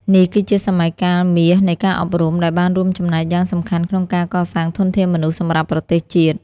នេះគឺជាសម័យកាលមាសនៃការអប់រំ ដែលបានរួមចំណែកយ៉ាងសំខាន់ក្នុងការកសាងធនធានមនុស្សសម្រាប់ប្រទេសជាតិ។